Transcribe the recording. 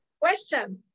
question